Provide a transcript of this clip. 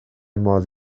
modd